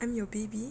I'm your baby